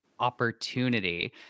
opportunity